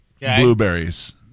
Blueberries